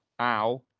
ow